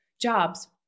jobs